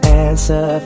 answer